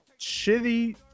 shitty